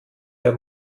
der